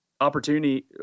opportunity